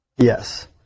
Yes